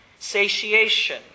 satiation